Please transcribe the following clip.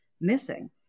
missing